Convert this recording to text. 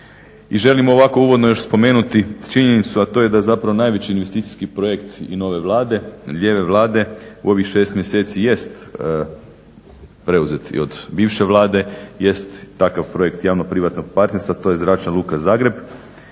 I želim ovako uvodno još spomenuti činjenicu, a to je da je zapravo najveći investicijski projekt i nove Vlade, lijeve Vlade u ovih 6 mjesec jest preuzet i od bivše Vlade, jest takav projekt javno-privatnog partnerstva. To je Zračna luka Zagreb,